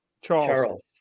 Charles